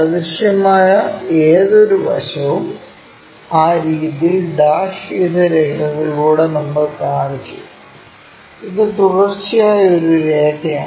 അദൃശ്യമായ ഏതൊരു വശവും ആ രീതിയിൽ ഡാഷ് ചെയ്ത രേഖകളിലൂടെ നമ്മൾ കാണിച്ചു ഇത് തുടർച്ചയായ ഒരു രേഖയാണ്